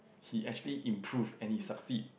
he actually improve and he succeed